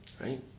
right